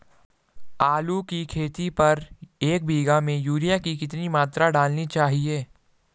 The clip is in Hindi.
आलू की खेती पर एक बीघा में यूरिया की कितनी मात्रा डालनी चाहिए?